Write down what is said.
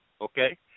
okay